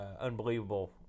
unbelievable